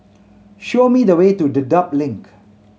show me the way to Dedap Link